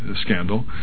scandal